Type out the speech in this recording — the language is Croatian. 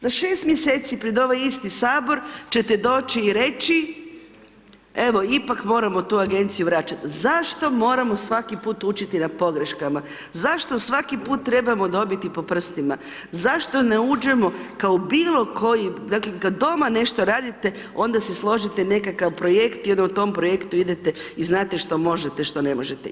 Za 6 mjeseci pred ovaj isti sabor ćete doći i reći evo ipak moramo tu agenciju vraćat, zašto moramo svaki put učiti na pogreškama, zašto svaki put trebamo dobiti po prstima, zašto ne uđemo kao u bilo koji, dakle kad doma nešto radite onda si složite nekakav projekt i onda u tom projektu idete i znate što možete, što ne možete.